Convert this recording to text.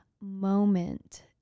moment